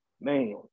Man